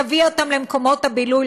תביא אותם למקומות הבילוי,